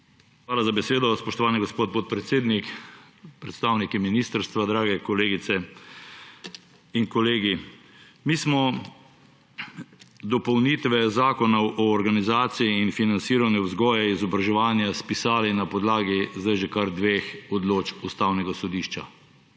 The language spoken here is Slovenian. Hvala za besedo, spoštovani gospod podpredsednik. Predstavniki ministrstva, dragi kolegice in kolegi! Mi smo dopolnitve Zakona o organizaciji in financiranju vzgoje in izobraževanja spisali na podlagi zdaj že kar dveh odločb Ustavnega sodišča.